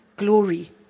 glory